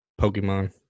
pokemon